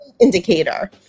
indicator